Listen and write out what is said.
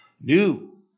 new